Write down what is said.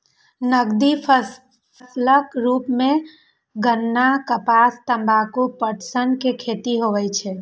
नकदी फसलक रूप मे गन्ना, कपास, तंबाकू, पटसन के खेती होइ छै